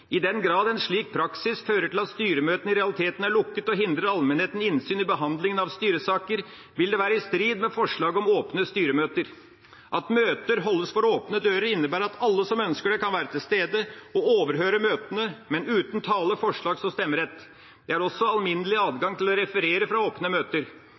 I den grad en slik praksis fører til at styremøtene i realiteten er lukket og hindrer allmennheten innsyn i behandlingen av styresaker, vil det være i strid med forslaget om åpne styremøter. At møter holdes for åpne dører, innebærer at alle som ønsker det kan være til stede og overhøre møtene, men uten tale-, forslags- eller stemmerett. Det er også alminnelig adgang til å referere fra åpne møter.